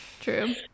True